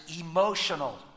emotional